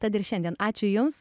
tad ir šiandien ačiū jums